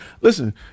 listen